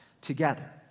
together